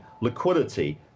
liquidity